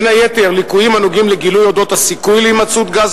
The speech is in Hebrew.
בין היתר ליקויים הנוגעים לגילוי לעניין הסיכוי להימצאות גז